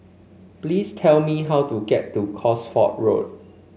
please tell me how to get to Cosford Road